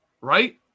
right